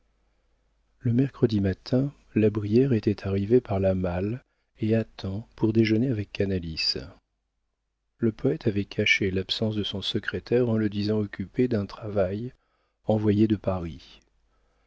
le mercredi matin la brière était arrivé par la malle et à temps pour déjeuner avec canalis le poëte avait caché l'absence de son secrétaire en le disant occupé d'un travail envoyé de paris